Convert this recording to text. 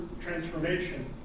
transformation